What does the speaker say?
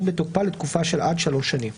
אם מתקיים בה אחד מהתנאים שלהלן וועדת